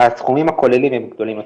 הסכומים הכוללים הם גדולים יותר.